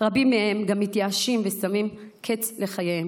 רבים מהם גם מתייאשים ושמים קץ לחייהם.